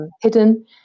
hidden